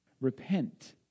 Repent